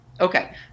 Okay